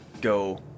go